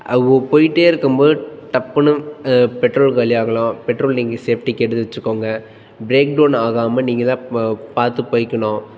அவ்வோ போய்கிட்டே இருக்கும் போது டப்புன்னு பெட்ரோல் காலியாக ஆகலாம் பெட்ரோல் நீங்கள் சேஃப்டிக்கு எடுத்து வெச்சுக்கோங்க ப்ரேக் டெளன் ஆகாமல் நீங்கள் தான் ம பார்த்து போய்க்கணும்